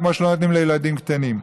כמו שלא נותנים לילדים קטנים.